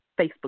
Facebook